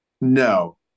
No